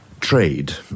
trade